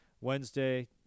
Wednesday